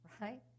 right